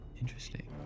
Interesting